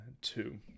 two